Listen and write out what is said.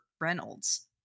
Reynolds